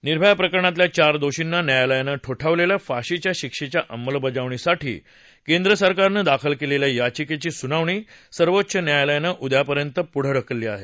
निर्भया प्रकरणातल्या चार दोषींना न्यायालयानं ठोठावलेल्या फाशीच्या शिक्षेच्या अंमलबजावणीसाठी केंद्र सरकारनं दाखल केलेल्या याचिकेची सुनावणी सर्वोच्च न्यायालयानं उद्यापर्यंत पुढं ढकलली आहे